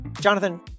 jonathan